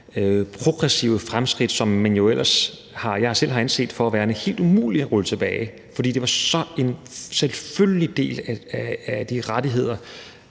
progressive fremskridt, som jeg ellers selv har anset for værende helt umulige at rulle tilbage, fordi de var en så selvfølgelig del af de rettigheder,